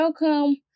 welcome